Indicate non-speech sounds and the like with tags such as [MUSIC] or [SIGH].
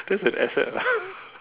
that's an asset ah [LAUGHS]